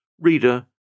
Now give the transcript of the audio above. Reader